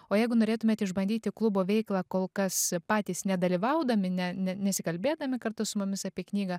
o jeigu norėtumėt išbandyti klubo veiklą kol kas patys nedalyvaudami ne ne nesikalbėdami kartu su mumis apie knygą